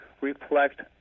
reflect